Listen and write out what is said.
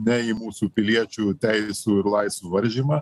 ne į mūsų piliečių teisių ir laisvių varžymą